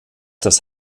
das